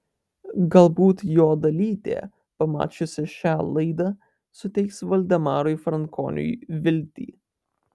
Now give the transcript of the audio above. galbūt jo dalytė pamačiusi šią laidą suteiks valdemarui frankoniui viltį